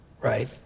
right